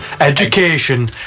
education